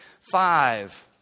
five